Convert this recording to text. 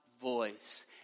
voice